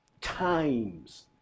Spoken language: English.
times